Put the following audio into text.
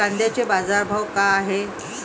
कांद्याचे बाजार भाव का हाये?